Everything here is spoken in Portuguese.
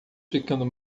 ficando